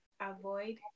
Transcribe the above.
avoid